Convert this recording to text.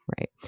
Right